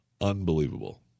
Unbelievable